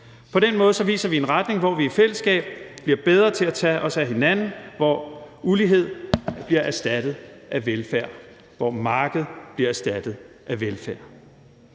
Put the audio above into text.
På den måde viser vi en retning, hvor vi i fællesskab bliver bedre til at tage os af hinanden, hvor ulighed bliver erstattet af velfærd, hvor markedet bliver erstattet af velfærd.